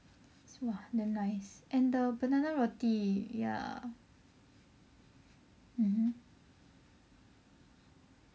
!wah! damn nice and the bannana roti ya mmhmm